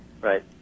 Right